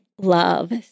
love